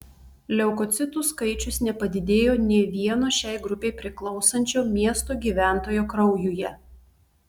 leukocitų skaičius nepadidėjo nė vieno šiai grupei priklausančio miesto gyventojo kraujuje